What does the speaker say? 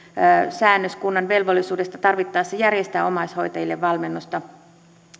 säännös kunnan velvollisuudesta tarvittaessa järjestää omaishoitajille valmennusta